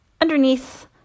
underneath